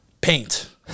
paint